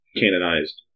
canonized